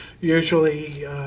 usually